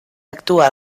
actuà